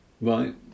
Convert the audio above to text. Right